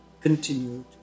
continued